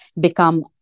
become